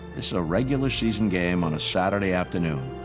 it's a regular season game on a saturday afternoon,